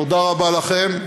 תודה רבה לכם.